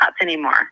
anymore